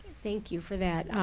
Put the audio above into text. thank you for that.